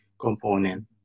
component